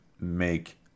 make